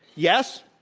yes,